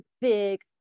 big